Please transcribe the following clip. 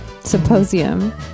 symposium